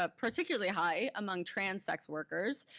ah particularly high among trans sex workers.